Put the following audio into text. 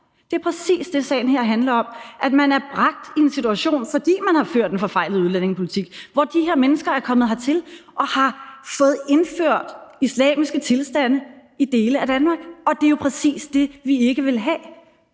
Det er præcis det, sagen her handler om, altså at man er bragt i en situation, fordi man har ført en forfejlet udlændingepolitik, hvor de her mennesker er kommet hertil og har fået indført islamiske tilstande i dele af Danmark. Og det er jo præcis det, vi ikke vil have.